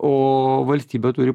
o valstybė turi